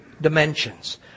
dimensions